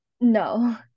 no